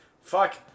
fuck